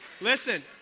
listen